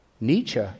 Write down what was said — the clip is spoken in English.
Nietzsche